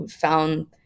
found